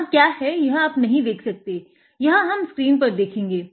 वहां क्या है यह आप नही देख सकते हैं हम यह स्क्रीन पर देखेंगे